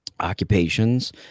occupations